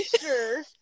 sure